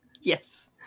Yes